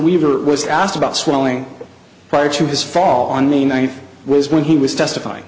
weaver was asked about swelling prior to his fall on may ninth was when he was testifying